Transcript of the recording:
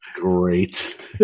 great